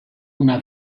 una